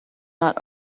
not